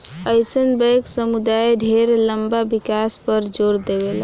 अइसन बैंक समुदाय ढेर लंबा विकास पर जोर देवेला